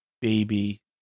baby